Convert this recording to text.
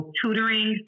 tutoring